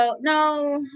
no